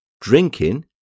drinking